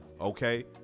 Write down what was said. okay